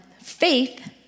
faith